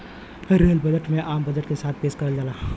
rail budget में आम budget के साथ पेश करल जाला